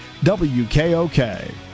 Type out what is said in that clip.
WKOK